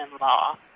law